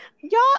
Y'all